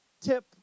tip